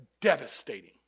devastating